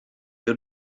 your